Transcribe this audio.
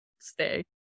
stay